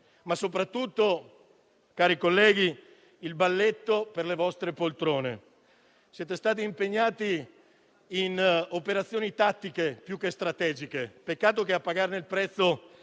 ma soprattutto - cari colleghi - cito il balletto per le vostre poltrone. Siete stati impegnati in operazioni tattiche più che strategiche. Peccato che a pagarne il prezzo